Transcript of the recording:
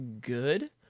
good